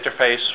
interface